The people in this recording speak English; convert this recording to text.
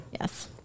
Yes